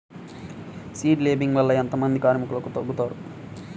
Seed లేంబింగ్ వల్ల ఎంత మంది కార్మికులు తగ్గుతారు?